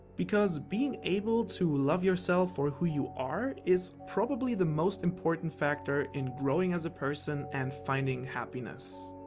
because being able to love yourself for who you are is probably the most important factor in growing as a person and finding happiness.